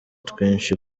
twinshi